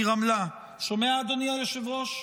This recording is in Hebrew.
מרמלה, שומע, אדוני היושב-ראש,